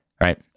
Right